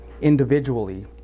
individually